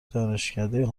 دانشکده